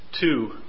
two